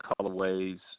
colorways